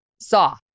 saw